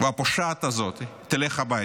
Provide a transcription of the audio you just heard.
והפושעת הזאת תלך הביתה.